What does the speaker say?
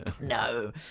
no